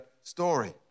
story